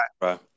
right